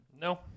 No